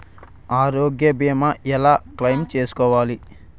ఆరోగ్య భీమా ఎలా క్లైమ్ చేసుకోవాలి?